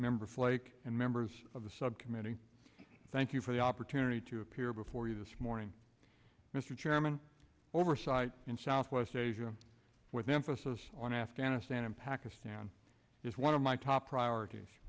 member flake and members of the subcommittee thank you for the opportunity to appear before you this morning mr chairman oversight in southwest asia with emphasis on afghanistan and pakistan is one of my top priorities